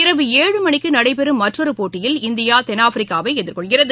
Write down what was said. இரவு மணிக்குநடைபெறும் மற்றொருபோட்டியில் இந்தியா ஏழு தென்னாப்பிரிக்காவைஎதிர்கொள்கிறது